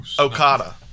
Okada